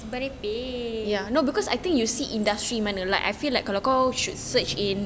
merepek